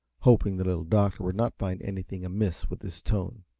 hoping the little doctor would not find anything amiss with his tone,